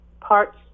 parts